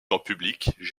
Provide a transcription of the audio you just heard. établissement